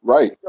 Right